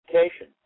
education